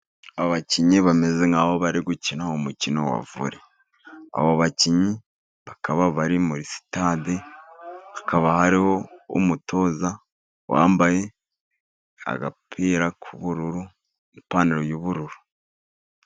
Abakinnyi bameze nk'aho bari gukina umukino wa vore. Abo bakinnyi bakaba bari muri sitade, hakaba hariho umutoza wambaye agapira k'ubururu, ipantaro y'ubururu.